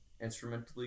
instrumentally